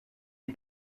les